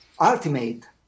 ultimate